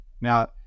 now